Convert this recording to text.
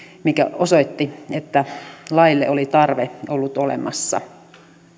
mikä osoitti että laille oli tarve ollut olemassa